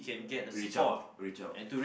reach out reach out